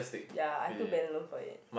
ya I took bank loan for it